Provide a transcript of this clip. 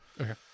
Okay